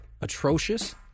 atrocious